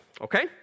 Okay